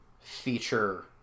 feature